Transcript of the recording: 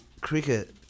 cricket